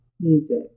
music